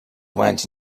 went